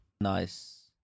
Nice